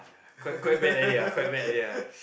quite quite bad already ah quite bad already ah